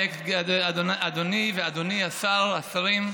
אדוני ואדוני השר, השרים,